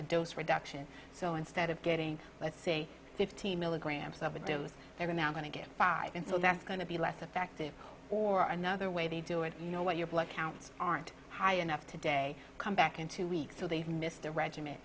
dose reduction so instead of getting let's say fifteen milligrams of a dose they were now going to get five and so that's going to be less effective or another way they do it you know what your blood counts aren't high enough today come back in two weeks so they've missed their regiment